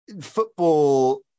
football